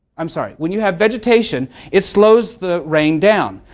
i'm sorry, when you have vegetation, it slows the rain down.